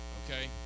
okay